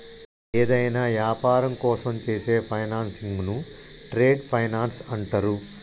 యేదైనా యాపారం కోసం చేసే ఫైనాన్సింగ్ను ట్రేడ్ ఫైనాన్స్ అంటరు